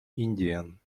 indien